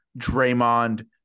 Draymond